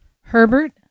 Herbert